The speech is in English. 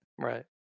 Right